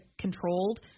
controlled